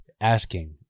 asking